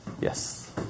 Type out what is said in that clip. Yes